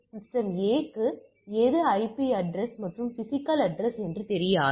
இங்கே இது மிகவும் வேகமாக உயர்கிறது பின்னர் அது கீழே விழுகிறது பின்னர் அது தொடர்கிறது